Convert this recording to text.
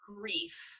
grief